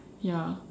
ya